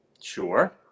Sure